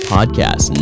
Podcast